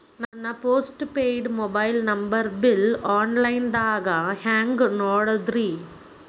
ನನ್ನ postpaid mobile number bill, online ದಾಗ ಹ್ಯಾಂಗ್ ನೋಡೋದ್ರಿ?